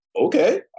Okay